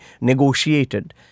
negotiated